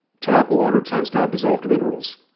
tap water tends to have dissolved minerals,